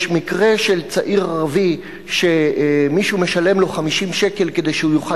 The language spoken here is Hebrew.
יש מקרה של צעיר ערבי שמישהו משלם לו 50 שקל כדי שהוא יוכל